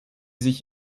sich